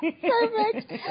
Perfect